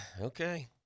okay